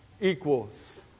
equals